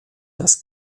das